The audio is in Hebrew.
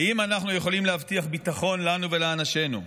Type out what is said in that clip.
האם אנחנו יכולים להבטיח ביטחון לנו ולאנשינו?